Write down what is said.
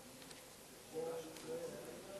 שירה של חנה סנש.